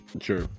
Sure